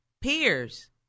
peers